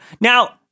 Now